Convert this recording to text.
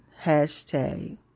Hashtag